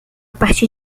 partir